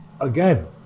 again